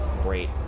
great